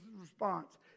response